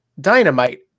Dynamite